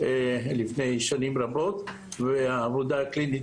לפני שנים רבות עשינו עבודה קלינית על אפילפסיה,